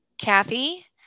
Kathy